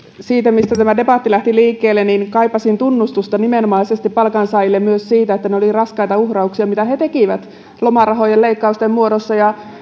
tämä debatti lähti liikkeelle siitä että kaipasin tunnustusta nimenomaisesti palkansaajille siitä että ne olivat raskaita uhrauksia mitä he he tekivät lomarahojen leikkausten muodossa ja